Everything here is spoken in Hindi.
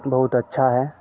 बहुत अच्छा है